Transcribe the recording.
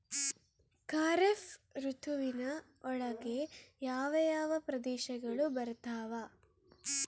ಖಾರೇಫ್ ಋತುವಿನ ಒಳಗೆ ಯಾವ ಯಾವ ಪ್ರದೇಶಗಳು ಬರ್ತಾವ?